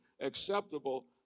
acceptable